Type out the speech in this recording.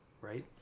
right